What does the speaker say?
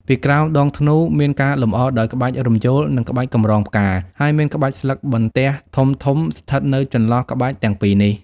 ពីក្រោមដងធ្នូ មានការលម្អដោយក្បាច់រំយោល និងក្បាច់កម្រងផ្កា ហើយមានក្បាច់ស្លឹកបន្ទះធំៗស្ថិតនៅចន្លោះក្បាច់ទាំងពីរនេះ។